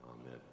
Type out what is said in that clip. Amen